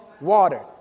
water